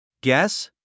Guess